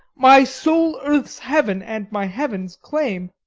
my sole earth's heaven, and my heaven's claim.